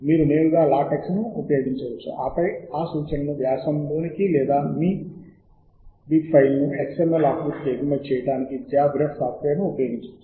మరో మాటలో చెప్పాలంటే మీరు సాహిత్య శోదనని స్కోపస్ వంటి సైటేషన్ డేటాబేస్ లో కూడా చేయవచ్చు సమాచారమును ఎగుమతి చేయండి మరియు నేరుగా ఉపయోగించుకోండి